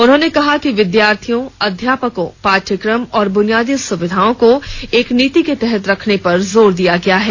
उन्होंने कहा कि विद्यार्थियों अध्यापकों पाठ्यक्रम और बुनियादी सुविधाओं को एक नीति के तहत रखने पर जोर दिया गया है